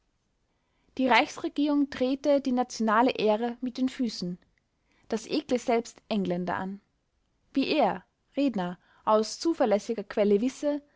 die reichsregierung trete die nationale ehre mit den füßen das ekle selbst engländer an wie er redner aus zuverlässiger quelle wisse